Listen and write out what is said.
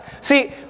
See